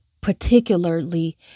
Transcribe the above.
particularly